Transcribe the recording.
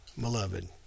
Beloved